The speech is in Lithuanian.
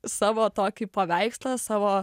savo tokį paveikslą savo